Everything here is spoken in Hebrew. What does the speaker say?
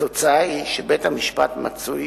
התוצאה היא שבית-המשפט מצוי